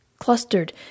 clustered